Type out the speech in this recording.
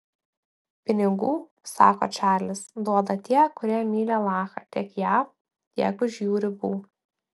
pinigų sako čarlis duoda tie kurie myli alachą tiek jav tiek už jų ribų